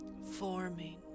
forming